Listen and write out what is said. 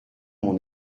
mon